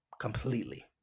Completely